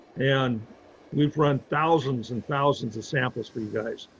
and we've run thousands and thousands of samples for you guys.